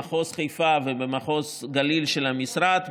במחוז חיפה ובמחוז גליל של המשרד,